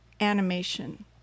animation